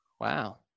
wow